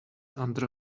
under